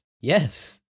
Yes